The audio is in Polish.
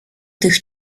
tych